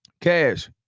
cash